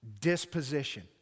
disposition